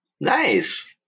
Nice